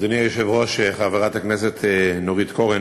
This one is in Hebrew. אדוני היושב-ראש, חברת הכנסת נורית קורן,